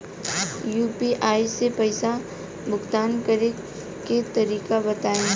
UPI से पईसा भुगतान करे के तरीका बताई?